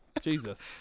Jesus